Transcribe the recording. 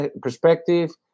perspective